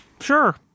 sure